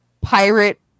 pirate